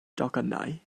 docynnau